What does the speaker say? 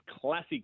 classic